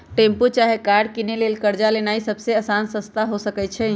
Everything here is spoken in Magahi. टेम्पु चाहे कार किनै लेल कर्जा लेनाइ सबसे अशान रस्ता हो सकइ छै